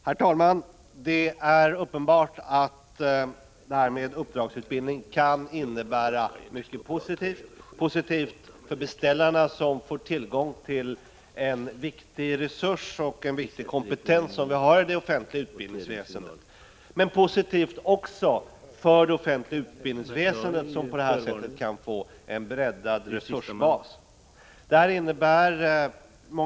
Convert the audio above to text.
Herr talman! Det är uppenbart att uppdragsutbildningen kan innebära mycket positivt både för beställarna, som får tillgång till den viktiga resurs och kompetens som finns inom det offentliga utbildningsväsendet, och för det offentliga utbildningsväsendet, som kan få en breddad resursbas.